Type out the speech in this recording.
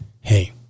hey